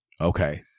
okay